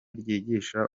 ryigisha